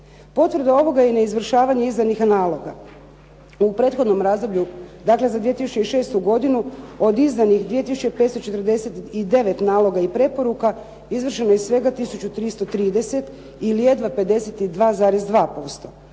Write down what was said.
Potvrda ovoga je neizvršavanje izdanih naloga. U prethodnom razdoblju dakle za 2006. godinu od izdanih 2 tisuće 549 naloga i preporuka izvršeno je svega tisuću 330 ili jedva 52,2%.